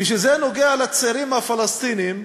כשזה נוגע לצעירים הפלסטינים,